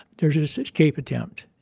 there's an escape attempt,